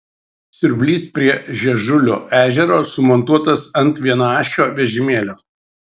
siurblys prie žiežulio ežero sumontuotas ant vienaašio vežimėlio